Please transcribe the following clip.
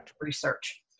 research